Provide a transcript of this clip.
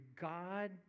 God